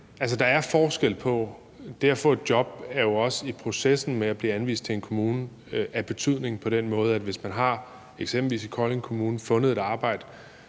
der er forskel. Det at få et job er jo også af betydning i processen med at blive anvist til en kommune på den måde, at hvis man eksempelvis har fundet et arbejde